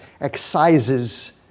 excises